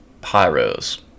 Pyros